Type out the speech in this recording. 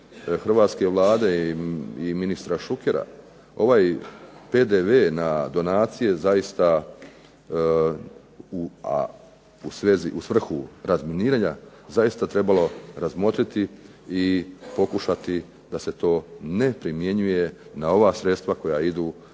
hrvatske Vlade i ministra Šukera, ovaj PDV na donacije zaista u svrhu razminiranja bi zaista trebalo razmotriti i pokušati da se to ne primjenjuje na ova sredstva koja idu iz